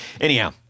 Anyhow